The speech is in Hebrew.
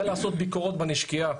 זה לעשות ביקורות בנשקיה.